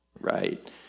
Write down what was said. right